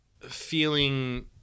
Feeling